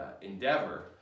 endeavor